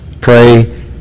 pray